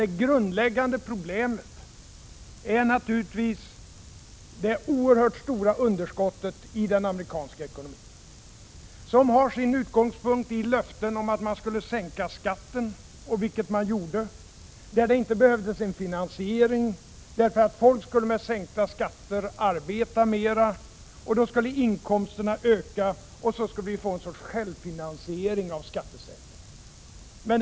Det grundläggande problemet är naturligtvis det oerhört stora underskottet i den amerikanska ekonomin, som har sin utgångspunkt i löften om att man skulle sänka skatten, vilket man gjorde. Men det behövdes inte en finansiering, därför att med sänkta skatter skulle folk arbeta mera och då skulle inkomsterna öka, och så skulle man få en sorts självfinansiering av skattesänkningen.